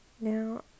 now